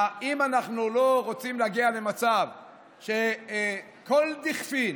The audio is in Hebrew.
אנחנו לא רוצים להגיע למצב שכל דכפין,